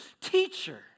teacher